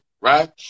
right